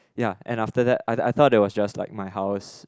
ya and after that I I thought it was just like my house